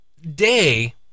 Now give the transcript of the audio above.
day